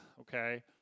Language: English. okay